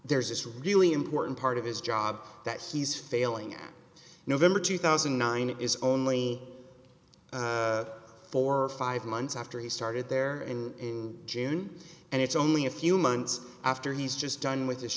there's this really important part of his job that he's failing in november two thousand and nine it is only four or five months after he started there in june and it's only a few months after he's just done with his